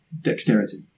dexterity